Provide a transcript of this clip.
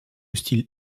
style